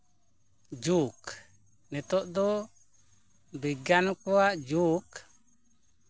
ᱡᱩᱜᱽ ᱱᱤᱛᱳᱜ ᱫᱚ ᱵᱤᱜᱽᱜᱟᱱ ᱠᱚᱣᱟᱜ ᱡᱩᱜᱽ